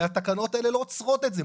התקנות האלה לא עוצרות את זה.